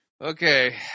Okay